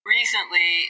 recently